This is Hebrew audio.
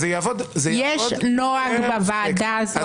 זה יעבוד -- יש נוהג בוועדה הזאת.